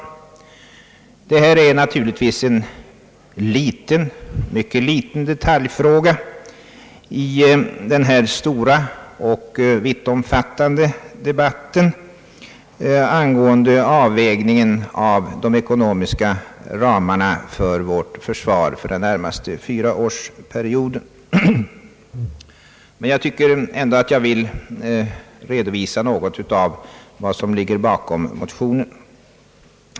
Detta är naturligtvis en mycket liten detaljfråga i den stora och vittomfattande debatten angående avvägningen av de ekonomiska ramarna för vårt försvar under den närmaste fyraårsperioden. Jag tycker ändå att jag ville redovisa något av vad som ligger bakom motionen.